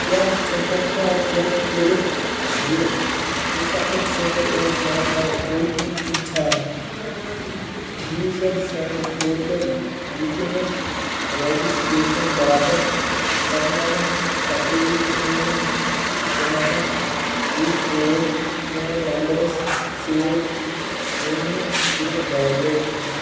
کیٛاہ ژٕ ہیٚککھا چیک کٔرِتھ زِ ژُسَتَتھ صِفَر ٲٹھ نو نو او ٹی پی چھا یوٗزَر سٕنٛدۍ خٲطرٕ وٕنۍکٮ۪نَس رجِسٹرٛیشَن باپتھ نَمنَمَتھ سَتووُہ کُنوُہ کُننَمَتھ وُہ ٲٹھ فون نمبرَس سۭتۍ وُنہِ تہِ ویلِڈ